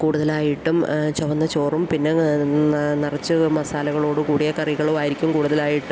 കൂടുതലായിട്ടും ചുവന്ന ചോറും പിന്നെ നിറച്ച് മസാലകളോടു കൂടിയ കറികളുവായിരിക്കും കൂടുതലായിട്ടും